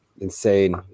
insane